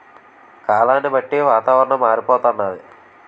కాలాన్ని బట్టి వాతావరణం మారిపోతన్నాది